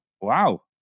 Wow